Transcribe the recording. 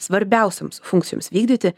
svarbiausioms funkcijoms vykdyti